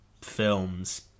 films